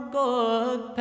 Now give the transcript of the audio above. good